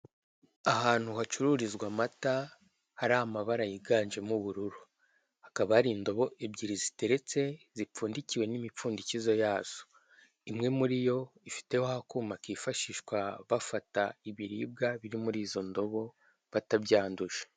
Ahantu hacururizwa amata hari amabara yiganjemo ubururu, hakaba hari indobo ebyiri ziteretse zipfundikiwe n'imipfundikizo yazo. Imwe muri yo ifiteho akuma kifashishwa bafata ibiribwa biri muri izo ndobo batabyanduje.